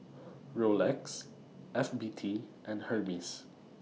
Rolex FBT and Hermes